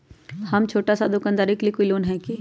हम छोटा सा दुकानदारी के लिए कोई लोन है कि?